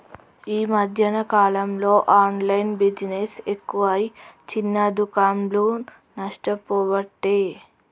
ఈ మధ్యన కాలంలో ఆన్లైన్ బిజినెస్ ఎక్కువై చిన్న దుకాండ్లు నష్టపోబట్టే